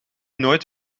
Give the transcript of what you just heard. nooit